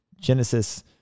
Genesis